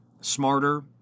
smarter